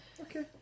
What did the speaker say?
Okay